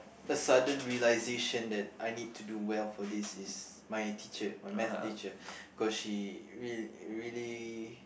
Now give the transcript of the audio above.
a sudden realization that I need to do well for this is my teacher my math teacher because she really really